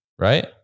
right